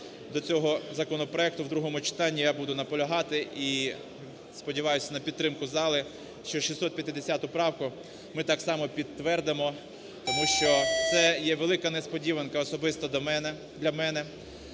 до цього законопроекту в другому читанні я буду наполягати і сподіваюсь на підтримку зали, що 650 правку ми так само підтвердимо. Тому що це є велика несподіванка, особисто для мене,